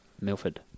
Milford